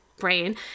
brain